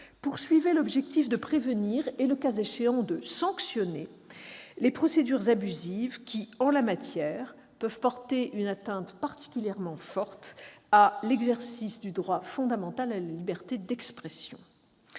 mesure visait à prévenir et, le cas échéant, à sanctionner les procédures abusives qui, en la matière, peuvent porter une atteinte particulièrement forte à l'exercice de ce droit fondamental qu'est la liberté d'expression.